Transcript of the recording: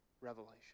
revelation